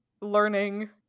Learning